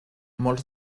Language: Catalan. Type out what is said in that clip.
molts